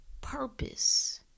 Purpose